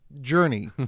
journey